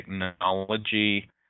technology